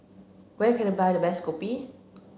where can I buy the best Kopi